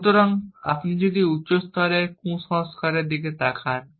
সুতরাং আপনি যদি উচ্চতর স্তরের কুসংস্কারের দিকে তাকান